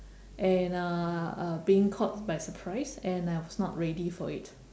and uh uh being caught by surprise and I was not ready for it